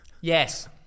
Yes